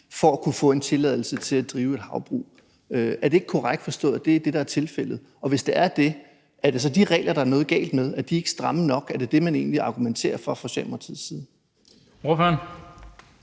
for at kunne få en tilladelse til at drive et havbrug? Er det ikke korrekt forstået, at det er det, der er tilfældet? Og hvis det er det, er det så de regler, der er noget galt med – er de ikke stramme nok? Er det dét, man egentlig argumenterer for fra Socialdemokratiets side? Kl.